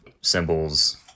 symbols